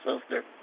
sister